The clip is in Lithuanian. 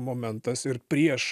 momentas ir prieš